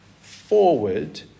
forward